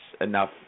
enough